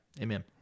Amen